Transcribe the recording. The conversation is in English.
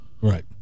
right